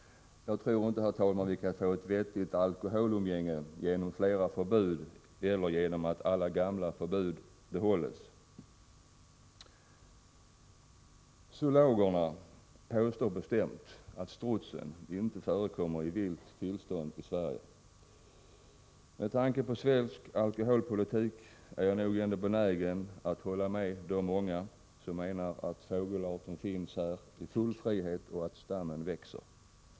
Jag tror inte vi kan få ett vettigt alkoholumgänge genom flera förbud eller genom att alla gamla förbud behålls. Zoologerna påstår bestämt att strutsen inte förekommer i vilt tillstånd i Sverige. Med tanke på svensk alkoholpolitik är jag ändå benägen att hålla med dem som menar att fågelarten finns här i full frihet och att stammen växer!